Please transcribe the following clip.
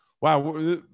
wow